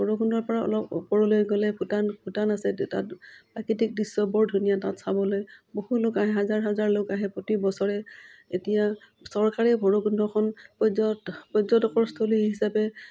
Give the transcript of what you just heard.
ভৈৰৱকুণ্ডৰপৰা অলপ ওপৰলৈ গ'লে ভূটান ভূটান আছে তাত প্ৰাকৃতিক দৃশ্য বৰ ধুনীয়া তাত চাবলৈ বহু লোক আহে হাজাৰ হাজাৰ লগ আহে প্ৰতি বছৰে এতিয়া চৰকাৰে ভৈৰৱকুণ্ডখন পৰ্যটকৰ স্থলী হিচাপে